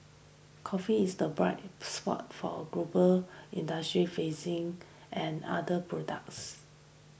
coffee is the bright spot for a global industry facing and other products